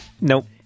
Nope